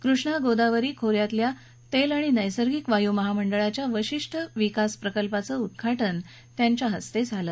कृष्णा गोदावरी खो यातील तेल आणि नैसर्गिक वायू महामंडळाच्या वशिष्ठ विकास प्रकल्पाचं उद्दाटन त्यांच्या हस्ते होईल